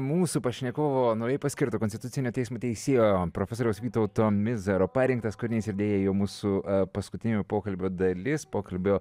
mūsų pašnekovo naujai paskirto konstitucinio teismo teisėjo profesoriaus vytauto mizaro parinktas kūrinys ir deja jau mūsų paskutinioji pokalbio dalis pokalbio